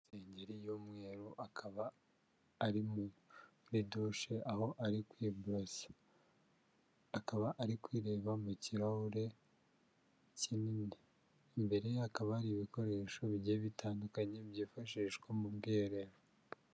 Isengeri y'umweru akaba ari muri dushe, aho ari kwiborosa, akaba ari kwireba mu kirahure kinini. Imbere hakaba ibikoresho bigiye bitandukanye byifashishwa mu bwiherero.